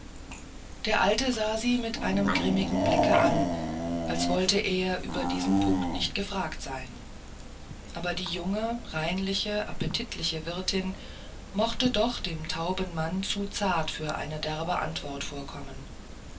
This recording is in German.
der alte sah sie mit einem grimmigen blick an als wollte er über diesen punkt nicht gefragt sein aber die junge reinliche appetitliche wirtin mochte doch dem tauben mann zu zart für eine derbe antwort vorkommen